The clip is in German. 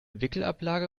wickelablage